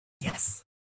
yes